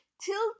Till